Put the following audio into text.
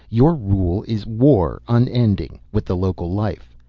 your rule is war unending with the local life.